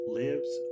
lives